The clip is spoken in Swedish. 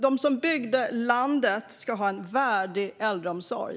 De som byggde landet ska ha en värdig äldreomsorg.